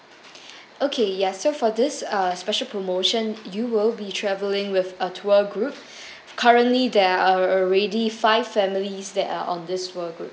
okay ya so for this uh special promotion you will be travelling with a tour group currently there are already five families that are on this tour group